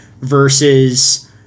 versus